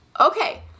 Okay